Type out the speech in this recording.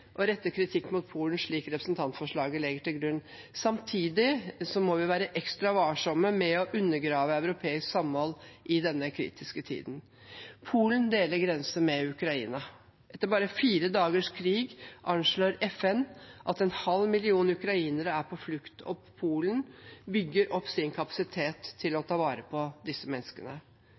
å rette kritikk mot Polen, slik representantforslaget legger til grunn. Samtidig må vi være ekstra varsomme med å undergrave europeisk samhold i denne kritiske tiden. Polen deler grense med Ukraina. Etter bare fire dagers krig anslår FN at en halv million ukrainere er på flukt, og Polen bygger opp sin kapasitet til å ta vare på disse menneskene.